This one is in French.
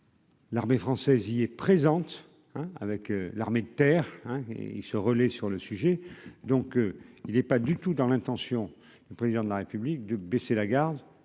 L'armée française y est présente avec l'armée de terre, hein, et ils se relaient sur le sujet, donc il est pas du tout dans l'intention du président de la République de baisser la garde,